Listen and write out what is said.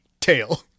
tail